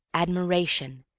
admiration,